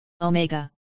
Omega